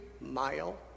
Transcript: Mile